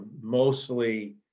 mostly